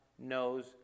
knows